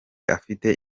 afite